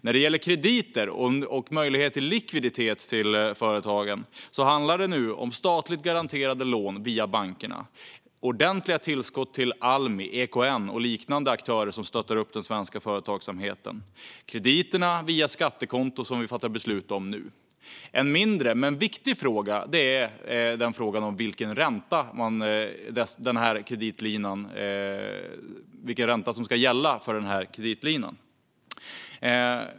När det gäller krediter och möjlighet till likviditet till företagen handlar det nu om statligt garanterade lån via bankerna och ordentliga tillskott till Almi, EKN och liknande aktörer som stöttar den svenska företagsamheten. Det är krediter via skattekonto som vi ska fatta beslut om i dag. En mindre men viktig fråga är frågan om vilken ränta som ska gälla för denna kreditlina.